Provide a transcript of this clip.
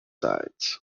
sides